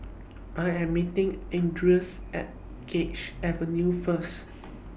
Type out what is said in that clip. I Am meeting Andres At Ganges Avenue First